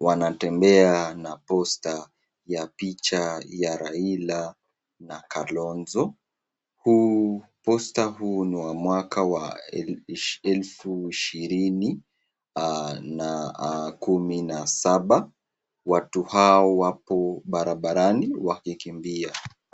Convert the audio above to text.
wanatembea na posta ya picha ya Raila na Kalonzo posta huu ni ya mwaka ya elfu ishirini na kumi na saba, watu hawa wako barabarani wakikimbia.